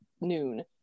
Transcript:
noon